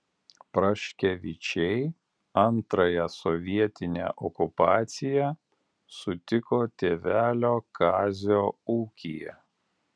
praškevičiai antrąją sovietinę okupaciją sutiko tėvelio kazio ūkyje